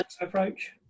approach